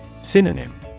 Synonym